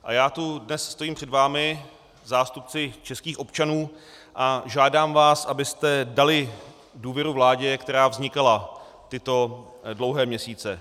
A já tu dnes stojím před vámi, zástupci českých občanů, a žádám vás, abyste dali důvěru vládě, která vznikala tyto dlouhé měsíce.